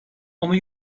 ama